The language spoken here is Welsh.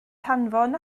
hanfon